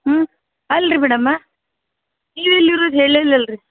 ಹ್ಞೂ ಅಲ್ಲ ರೀ ಮೇಡಮ್ ನೀವು ಎಲ್ಲಿರೋದು ಹೇಳೆ ಇಲ್ವಲ್ಲ ರೀ